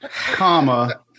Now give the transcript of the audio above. comma